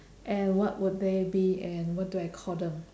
and what would they be and what I do call them